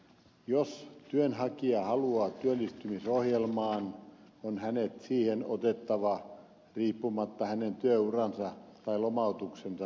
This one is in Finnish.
jos työnhakija haluaa työllistymisohjelmaan on hänet siihen otettava riippumatta hänen työuransa tai lomautuksensa pituudesta